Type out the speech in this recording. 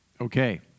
Okay